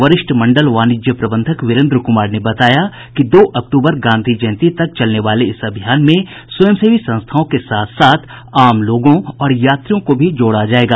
वरिष्ठ मंडल वाणिज्य प्रबंधक वीरेन्द्र कुमार ने बताया कि दो अक्टूबर गांधी जयंती तक चलने वाले इस अभियान में स्वयंसेवी संस्थाओं के साथ साथ आम लोगों और यात्रियों को भी जोड़ा जायेगा